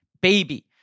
baby